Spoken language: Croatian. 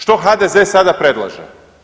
Što HDZ sada predlaže?